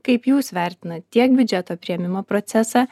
kaip jūs vertinat tiek biudžeto priėmimo procesą